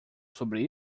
sobre